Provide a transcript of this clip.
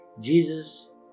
Jesus